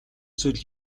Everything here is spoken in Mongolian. зүйл